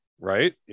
right